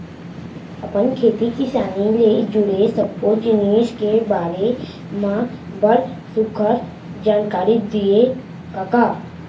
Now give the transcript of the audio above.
अपन खेती किसानी ले जुड़े सब्बो जिनिस के बारे म बड़ सुग्घर जानकारी दिए कका